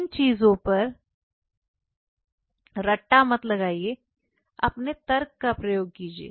इन चीजों पर रखता मत लगाइए अपने तर्क का प्रयोग कीजिए